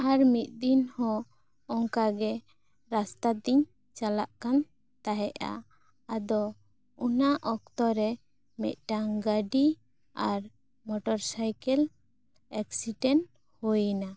ᱟᱨ ᱢᱤᱫ ᱫᱤᱱ ᱦᱚᱸ ᱚᱱᱠᱟ ᱜᱮ ᱨᱟᱥᱛᱟ ᱛᱤᱧ ᱪᱟᱞᱟᱜ ᱠᱟᱱ ᱛᱟᱦᱮᱸᱜᱼᱟ ᱟᱫᱚ ᱚᱱᱟ ᱚᱠᱛᱚ ᱨᱮ ᱢᱤᱫᱴᱟᱝ ᱜᱟᱹᱰᱤ ᱟᱨ ᱢᱚᱴᱚᱨᱥᱟᱭᱠᱮᱞ ᱮᱠᱥᱤᱰᱮᱱᱴ ᱦᱩᱭ ᱮᱱᱟ